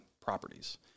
properties